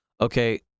okay